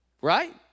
Right